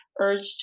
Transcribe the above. urged